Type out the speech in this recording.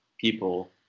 people